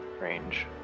range